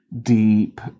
deep